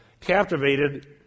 captivated